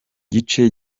gice